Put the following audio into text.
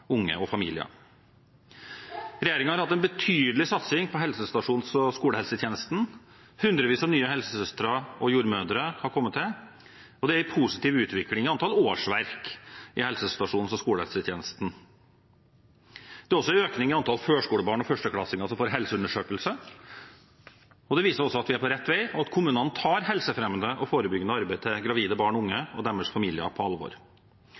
unge og familier. Regjeringen har hatt en betydelig satsing på helsestasjons- og skolehelsetjenesten. Hundrevis av nye helsesøstre og jordmødre har kommet til, og det er en positiv utvikling i antall årsverk i helsestasjons- og skolehelsetjenesten. Det er også en økning i antall førskolebarn og førsteklassinger som får helseundersøkelse. Det viser at vi er på rett vei, og at kommunene tar helsefremmende og forebyggende arbeid for gravide, barn og unge og deres familier på alvor.